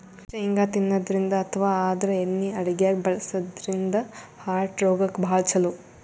ಶೇಂಗಾ ತಿನ್ನದ್ರಿನ್ದ ಅಥವಾ ಆದ್ರ ಎಣ್ಣಿ ಅಡಗ್ಯಾಗ್ ಬಳಸದ್ರಿನ್ದ ಹಾರ್ಟ್ ರೋಗಕ್ಕ್ ಭಾಳ್ ಛಲೋ